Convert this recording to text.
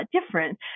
different